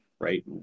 right